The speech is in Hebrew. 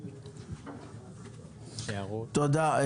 תודה.